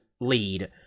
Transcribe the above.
lead